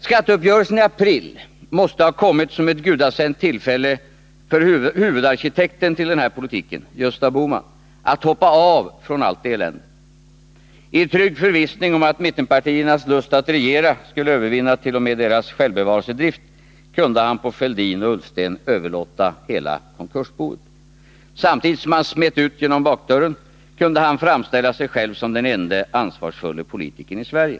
Skatteuppgörelsen i april måste ha kommit som ett gudasänt tillfälle för huvudarkitekten till den här politiken, Gösta Bohman, att hoppa av från allt elände. I trygg förvissning om att mittenpartiernas lust att regera skulle övervinna t.o.m. deras självbevarelsedrift, kunde han på Thorbjörn Fälldin och Ola Ullsten överlåta hela konkursboet. Samtidigt som han smet ut genom bakdörren, kunde han framställa sig själv som den ende ansvarsfulle politikern i Sverige.